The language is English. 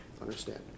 Understand